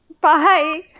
Bye